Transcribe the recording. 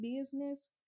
business